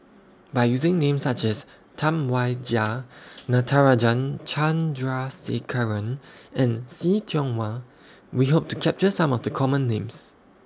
By using Names such as Tam Wai Jia Natarajan Chandrasekaran and See Tiong Wah We Hope to capture Some of The Common Names